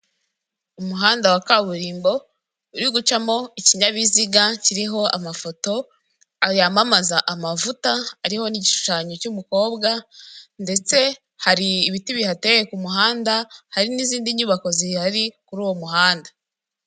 Umuhanda wa kaburimbo uri gucamo ikinyabiziga kiriho amafoto yamamaza amavuta ariho n'igishushanyo cy'umukobwa ndetse hari ibiti bihateye ku muhanda, hari n'izindi nyubako zihari kuri uwo muhanda.